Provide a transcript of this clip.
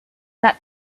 not